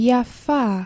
Yafa